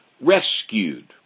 rescued